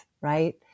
right